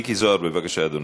מיקי זוהר, בבקשה, אדוני.